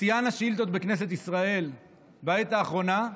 שיאן השאילתות בכנסת ישראל בעת האחרונה.